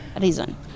reason